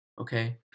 okay